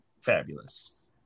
fabulous